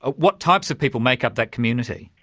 ah what types of people make up that community?